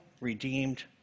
redeemed